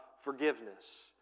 forgiveness